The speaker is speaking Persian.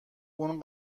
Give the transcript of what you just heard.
اون